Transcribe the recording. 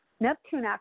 Neptune